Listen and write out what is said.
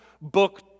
book